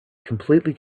completely